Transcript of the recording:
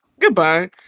Goodbye